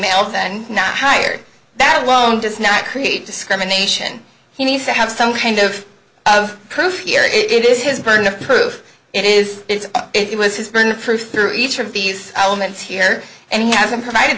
that and not hired that alone does not create discrimination he needs to have some kind of proof here it is his burden of proof it is it was his burden of proof through each of these elements here and he hasn't provided